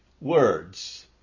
words